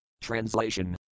TRANSLATION